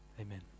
amen